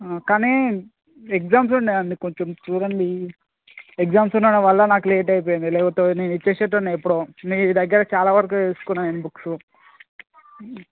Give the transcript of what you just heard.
కానీ ఎగ్జామ్స్ ఉండే అందుకు కొంచెం చూడండి ఎగ్జామ్స్ ఉండటం వల్ల నాకు లేట్ అయిపోయింది లేకపోతే నేను ఇచ్చేసేటోడినే ఎప్పుడో మీ దగ్గర చాలా వరకు తీసుకున్నాను నేను బుక్స్